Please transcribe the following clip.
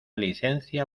licencia